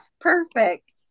Perfect